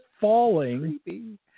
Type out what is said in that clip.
falling